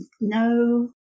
no